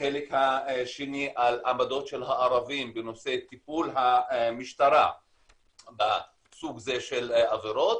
החלק השני על העמדות של הערבים בנושא טיפול המשטרה בסוג זה של עבירות,